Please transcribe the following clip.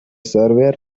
surveyor